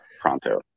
pronto